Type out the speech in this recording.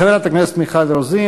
חברת הכנסת מיכל רוזין.